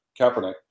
Kaepernick